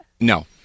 No